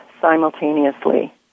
simultaneously